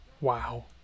Wow